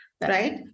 right